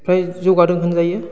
फ्राय जौगादों होनजायो